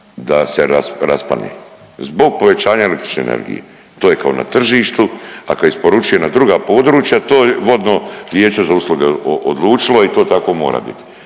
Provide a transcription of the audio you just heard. da se raspane zbog povećanja električne energije. To je kao na tržištu, a kad isporučuje na druga područja to vodno Vijeće za usluge odlučilo i to tako mora biti.